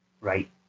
Right